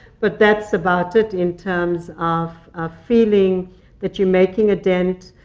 but that's about it, in terms of feeling that you're making a dent.